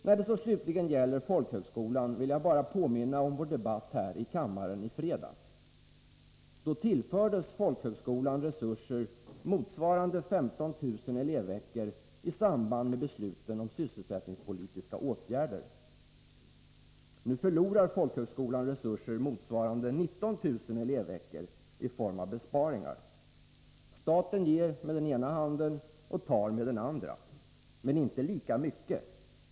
När det så slutligen gäller folkhögskolan vill jag bara påminna om vår debatt här i kammaren i fredags. Då tillfördes folkhögskolan resurser motsvarande 15 000 elevveckor i samband med besluten om sysselsättningspolitiska åtgärder. Nu förlorar folkhögskolan resurser motsvarande 19 000 elevveckor genom besparingar. Staten ger med den ena handen och tar med den andra. Men inte lika mycket.